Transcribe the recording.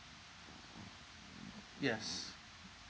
yes